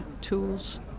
tools